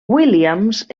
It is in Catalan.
williams